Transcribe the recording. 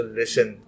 listen